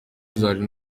zari